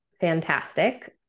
fantastic